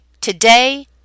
today